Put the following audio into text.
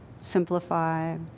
simplify